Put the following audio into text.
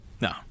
No